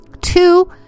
Two